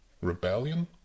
Rebellion